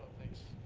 things